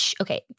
okay